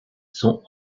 sont